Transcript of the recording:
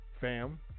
fam